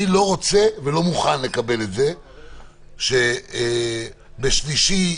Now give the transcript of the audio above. אני רוצה לפתוח את מערכת החינוך,